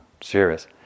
serious